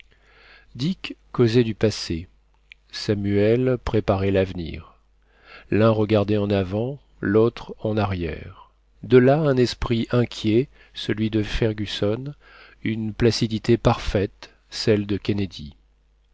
dick causait du passé samuel préparait l'avenir l'un regardait en avant lautre en arrière de là un esprit inquiet celui de fergusson une placidité parfaite celle de kennedy